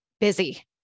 busy